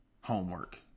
homework